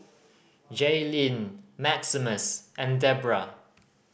Jailene Maximus and Debbra